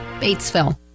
Batesville